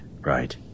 right